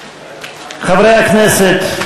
ראשונה, חברי הכנסת,